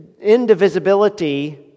indivisibility